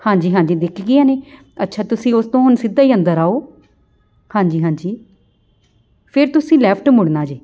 ਹਾਂਜੀ ਹਾਂਜੀ ਦਿੱਖ ਗਈਆਂ ਨੇ ਅੱਛਾ ਤੁਸੀਂ ਉਸ ਤੋਂ ਹੁਣ ਸਿੱਧਾ ਹੀ ਅੰਦਰ ਆਓ ਹਾਂਜੀ ਹਾਂਜੀ ਫਿਰ ਤੁਸੀਂ ਲੈਫਟ ਮੁੜਨਾ ਜੀ